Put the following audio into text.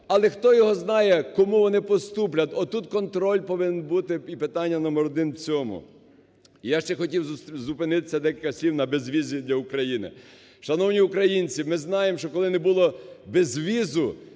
Але хто його знає, кому вони поступлять. Отут контроль повинен бути і питання номер один в цьому. Я ще хотів зупинитися, декілька слів, на безвізі для України. Шановні українці! Ми знаємо, що коли не було безвізу,